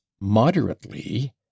moderately